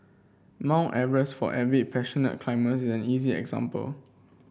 Mount Everest for avid passionate an easy example